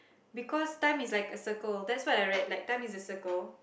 because time is like a circle that's what I read like time is a circle